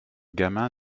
gamin